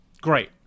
Great